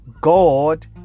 God